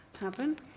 Happen